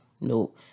No